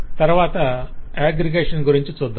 తరవాత అగ్రిగేషన్ గురించి చర్చిద్దాం